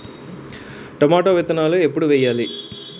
Tomato విత్తనాలు ఎప్పుడు వెయ్యాలి?